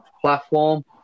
platform